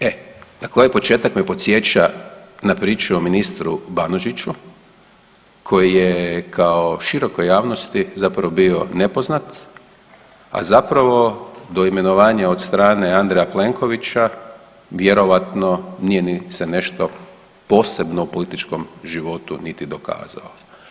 E, dakle ovaj početak me podsjeća na priču o ministru Banožiću koji je kao širokoj javnosti zapravo bio nepoznat, a zapravo do imenovanja od strane Andreja Plenkovića vjerojatno nije ni se nešto posebno u političkom životu niti dokazao.